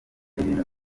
ibintu